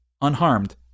unharmed